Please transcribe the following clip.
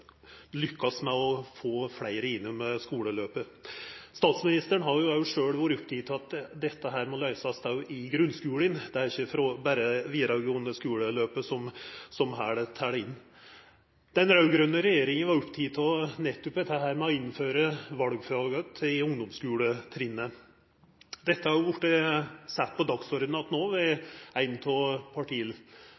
lykkast med å få fleire gjennom skuleløpet. Statsministeren har sjølv vore oppteken av at dette må løysast òg i grunnskulen, det er ikkje berre det vidaregåande skuleløpet som her tel. Den raud-grøne regjeringa var oppteken av nettopp dette med å innføra valfag att i ungdomsskuletrinnet. Dette har vorte sett på